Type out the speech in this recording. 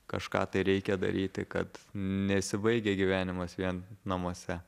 kažką tai reikia daryti kad nesibaigia gyvenimas vien namuose